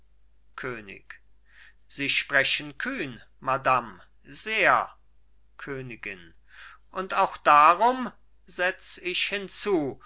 könig sie sprechen kühn madam sehr königin und auch darum setz ich hinzu